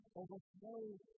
overflows